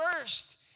First